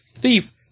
Thief